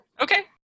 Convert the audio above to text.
okay